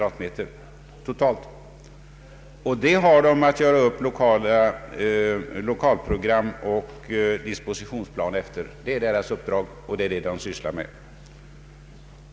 Det är vad kommittén har att göra upp lokalprogram och dispositionsplan efter, och det är vad den sysslar med.